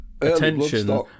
attention